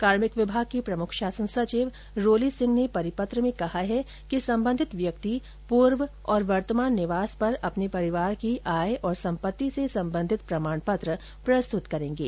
कार्मिक विभाग की प्रमुख शासन सचिव रोली सिंह ने परिपत्र में कहा है कि संबंधित व्यक्ति पूर्व और वर्तमान निवास पर अपने परिवार की आय और सम्पति से संबंधित प्रमाण पत्र प्रस्तुत करेंगे